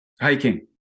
Hiking